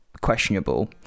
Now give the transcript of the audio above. questionable